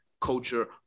culture